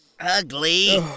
Ugly